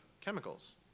chemicals